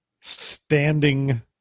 standing